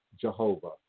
Jehovah